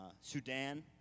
Sudan